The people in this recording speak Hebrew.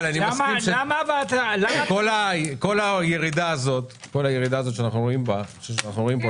שכל הירידה הזאת שאנחנו רואים כאן,